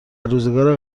روزگار